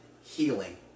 healing